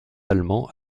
allemands